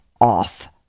off